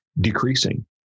decreasing